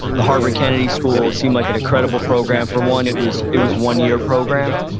the harvard kennedy school seemed like an accredible program. for one it was it was one-year program.